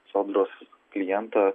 sodros klientą